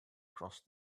crossed